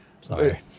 Sorry